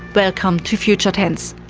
welcome to future tense.